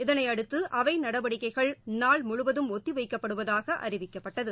இதனையடுத்து அவை நடவடிக்கைகள் நாள் முழுவதும் ஒத்திவைக்கப்படுவதாக அறிவிக்கப்பட்டது